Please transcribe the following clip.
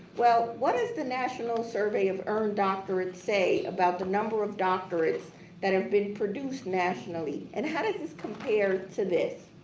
well what is the national survey of earned doctorates say about the number of doctorates that have been produced nationally? and how does this compare to this?